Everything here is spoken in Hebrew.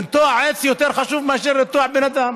לנטוע עץ יותר חשוב מאשר לנטוע בן אדם.